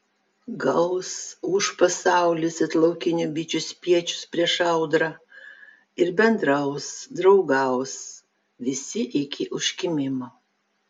gaus ūš pasaulis it laukinių bičių spiečius prieš audrą ir bendraus draugaus visi iki užkimimo